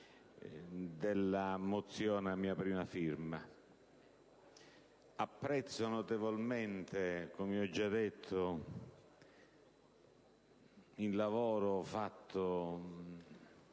della mozione a mia prima firma; apprezzo notevolmente, come ho già detto, il lavoro svolto